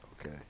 Okay